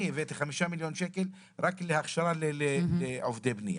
אני הבאתי 5 מיליון שקלים רק להכשרה לעובדי בנייה.